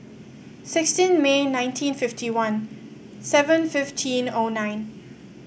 sixteen May nineteen fifty one seven fifteen O nine